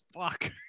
fuck